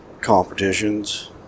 competitions